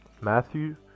Matthew